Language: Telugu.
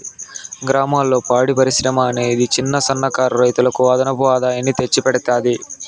గ్రామాలలో పాడి పరిశ్రమ అనేది చిన్న, సన్న కారు రైతులకు అదనపు ఆదాయాన్ని తెచ్చి పెడతాది